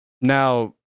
Now